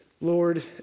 Lord